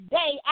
day